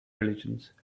religions